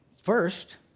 first